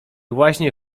właśnie